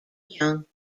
young